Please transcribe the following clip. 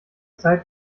zeit